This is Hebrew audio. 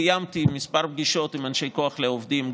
קיימתי כמה פגישות עם אנשי כוח לעובדים,